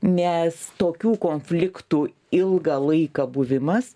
nes tokių konfliktų ilgą laiką buvimas